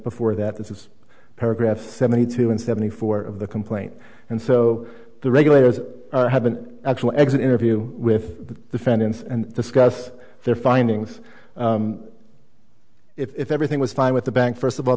before that this is paragraph seventy two and seventy four of the complaint and so the regulators have an actual exit interview with the fans and discuss their findings if everything was fine with the bank first of all